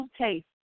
taste